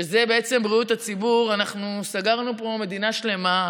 שזה בעצם בריאות הציבור: אנחנו סגרנו פה מדינה שלמה,